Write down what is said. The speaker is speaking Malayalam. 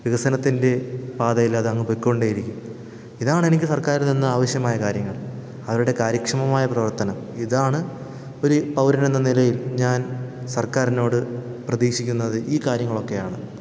വികസനത്തിൻ്റെ പാതയിലതങ്ങ് പൊയ്ക്കൊണ്ടേ ഇരിക്കും ഇതാണെനിക്ക് സർക്കാര് തന്ന ആവശ്യമായ കാര്യങ്ങൾ അവരുടെ കാര്യക്ഷമമായ പ്രവർത്തനം ഇതാണ് ഒരു പൗരനെന്ന നിലയിൽ ഞാൻ സർക്കാരിനോട് പ്രതീക്ഷിക്കുന്നത് ഈ കാര്യങ്ങളൊക്കെയാണ്